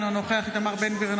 אינו נוכח איתמר בן גביר,